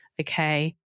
Okay